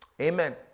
Amen